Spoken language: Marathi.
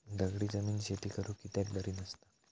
दगडी जमीन शेती करुक कित्याक बरी नसता?